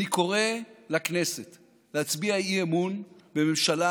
אני קורא לכנסת להצביע אי-אמון בממשלה